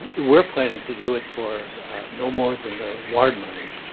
we're planning to do it for no more than the award money.